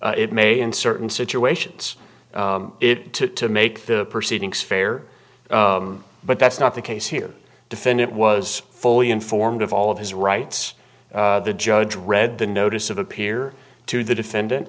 it may in certain situations it took to make the proceedings fair but that's not the case here defendant was fully informed of all of his rights the judge read the notice of appear to the defendant